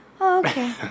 okay